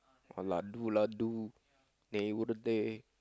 or ladu ladu